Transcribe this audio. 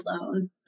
alone